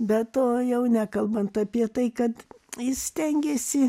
be to jau nekalbant apie tai kad jis stengėsi